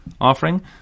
offering